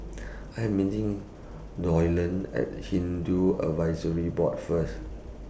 I Am meeting Doyle At Hindu Advisory Board First